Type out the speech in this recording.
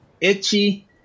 itchy